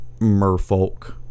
Merfolk